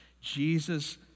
Jesus